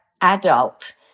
adult